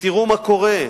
תראו מה קורה.